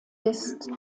ist